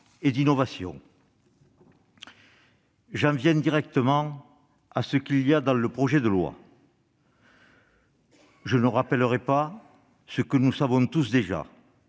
et d'innovation. J'en viens directement à ce que contient ce projet de loi. Je ne rappellerai pas ce que nous savons tous déjà,